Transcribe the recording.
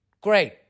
Great